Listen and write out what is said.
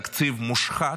תקציב מושחת,